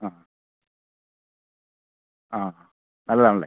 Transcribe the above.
ആ ആ നല്ലത് ആണല്ലേ